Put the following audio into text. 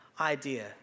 idea